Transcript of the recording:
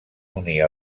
unir